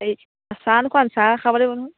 এই চাহ নখুৱাম চাহ খাব লাগিব নহয়